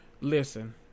Listen